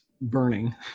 burning